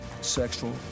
sexual